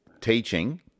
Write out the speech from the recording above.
teaching